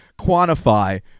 quantify